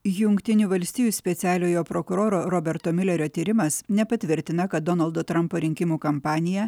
jungtinių valstijų specialiojo prokuroro roberto miulerio tyrimas nepatvirtina kad donaldo trampo rinkimų kampaniją